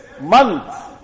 month